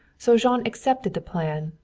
so jean accepted the plan,